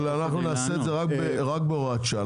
אבל אנחנו נעשה את זה רק בהוראת שעה,